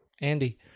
andy